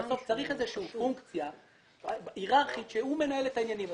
בסוף צריך איזושהי פונקציה היררכית שהיא מנהלת את העניינים.